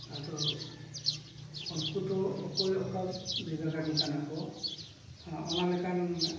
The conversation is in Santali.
ᱟᱫᱚ ᱩᱱᱠᱩ ᱫᱚ ᱚᱠᱚᱭ ᱚᱠᱟ ᱵᱤᱵᱷᱟᱜ ᱨᱮᱱ ᱠᱟᱱᱟ ᱠᱚ ᱚᱱᱟ ᱞᱮᱠᱟᱱ